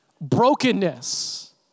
Brokenness